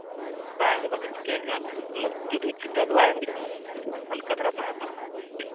ᱵᱟᱝᱜᱮ ᱵᱟᱠᱚ ᱪᱤᱠᱟᱹᱣ ᱠᱟᱱᱟ ᱩᱱᱟᱹᱜ ᱡᱳᱨ ᱮᱠᱥᱤᱰᱮᱱᱴ ᱵᱟᱝ ᱦᱩᱭ ᱠᱟᱱᱟ ᱦᱟᱞᱠᱟ ᱫᱷᱟᱨᱟ ᱛᱟᱦᱮᱸ ᱠᱟᱱᱟ